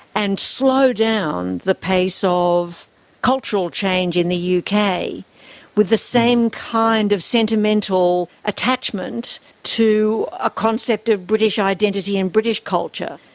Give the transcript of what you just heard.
and slow down the pace ah of cultural change in the yeah uk with the same kind of sentimental attachment to a concept of british identity and british culture.